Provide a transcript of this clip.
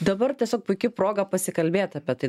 dabar tiesiog puiki proga pasikalbėt apie tai